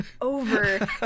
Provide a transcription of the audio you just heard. over